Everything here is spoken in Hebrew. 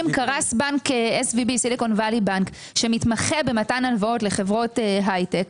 קרס בנק SVB, שמתמחה במתן הלוואות לחברות הייטק.